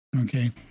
Okay